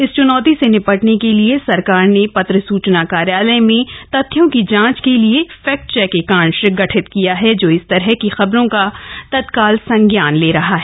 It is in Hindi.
इस चुनौती से निपटने के लिए सरकार ने पत्र सूचना कार्यालय में तथ्यों की जांच के लिए फैक्ट चैक एकांश गठित किया है जो इस तरह की खबरों का तत्काल संज्ञान ले रहा है